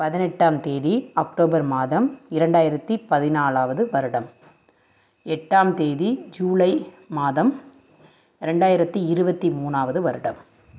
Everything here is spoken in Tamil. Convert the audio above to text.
பதினெட்டாம் தேதி அக்டோபர் மாதம் இரண்டாயிரத்தி பதினாலாவது வருடம் எட்டாம் தேதி ஜூலை மாதம் இரண்டாயிரத்தி இருபத்தி மூணாவது வருடம்